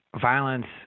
violence